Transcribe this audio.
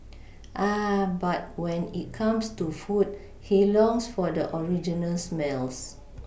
ah but when it comes to food he longs for the original smells